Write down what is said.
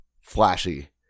flashy